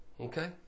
okay